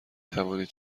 توانید